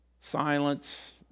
silence